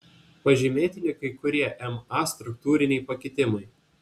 pažymėtini kai kurie ma struktūriniai pakitimai